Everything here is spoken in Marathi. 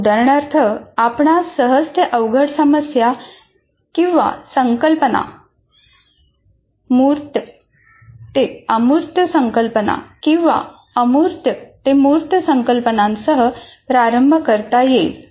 उदाहरणार्थ आपणास सहज ते अवघड समस्या किंवा संकल्पना मूर्त ते अमूर्त संकल्पना किंवा अमूर्त ते मूर्त संकल्पनांसह प्रारंभ करता येईल